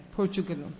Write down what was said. Portugal